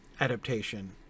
adaptation